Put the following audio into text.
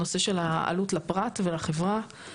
הנושא של העלות לפרט ולחברה,